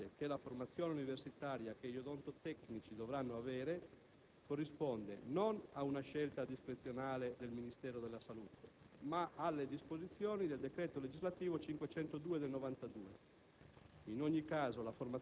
Va precisato anche che la formazione universitaria che gli odontotecnici dovranno avere corrisponde non ad una scelta discrezionale del Ministero della salute, ma alle disposizioni del decreto legislativo n. 502 del 1992;